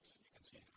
and you can move